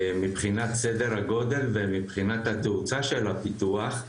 מבחינת סדר הגודל ומבחינת התאוצה של הפיתוח,